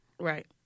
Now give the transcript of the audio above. Right